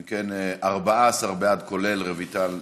אם כן, 14 בעד, כולל רויטל סויד,